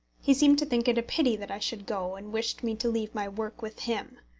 he seemed to think it a pity that i should go, and wished me to leave my work with him.